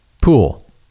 pool